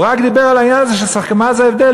הוא רק דיבר על העניין הזה של מה זה ההבדל